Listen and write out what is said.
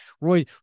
roy